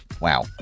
Wow